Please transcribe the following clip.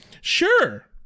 sure